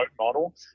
model